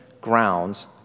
grounds